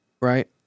Right